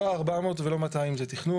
לא ה-400 ולא ה-200 זה תכנון.